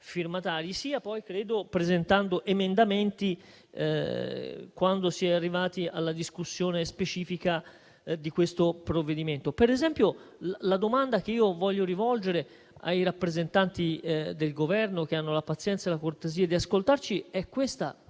sia presentando emendamenti, quando si è arrivati alla discussione specifica del provvedimento. Per esempio, la domanda che voglio rivolgere ai rappresentanti del Governo che hanno la pazienza e la cortesia di ascoltarci è in